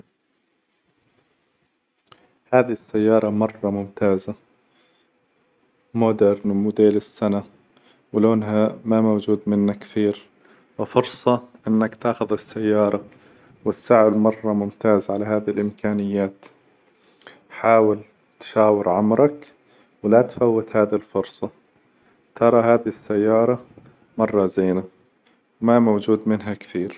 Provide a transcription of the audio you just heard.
هذي السيارة مرة ممتازة، مودرن، وموديل السنة، ولونها ما موجود منها كثير، وفرصة إنك تاخذ السيارة والسعر مرة ممتاز على هذي الإمكانيات، حاول تشاور عمرك، ولا تفوت هذي الفرصة، ترى هذي السيارة مرة زينة، ما موجود منها كثير.